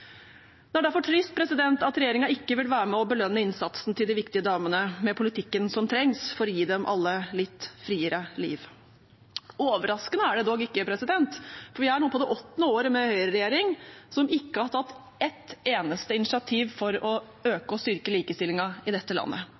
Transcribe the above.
Det er derfor trist at regjeringen ikke vil være med og belønne innsatsen til de viktige damene med politikken som trengs for å gi dem alle et litt friere liv. Overraskende er det dog ikke, for vi er nå på det åttende året med en høyreregjering som ikke har tatt et eneste initiativ for å øke og styrke likestillingen i dette landet.